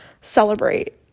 celebrate